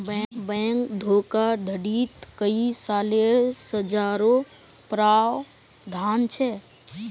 bank धोखाधडीत कई सालेर सज़ारो प्रावधान छेक